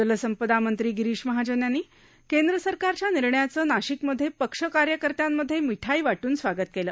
जलसंपदा मंत्री गिरीष महाजन यांनी केंद्र सरकारच्या निर्णयाचं नाशिकमध्ये पक्ष कार्यकर्त्यांमध्ये मिठाई वाटून स्वागत केलं